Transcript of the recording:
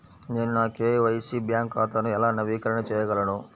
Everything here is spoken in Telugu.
నేను నా కే.వై.సి బ్యాంక్ ఖాతాను ఎలా నవీకరణ చేయగలను?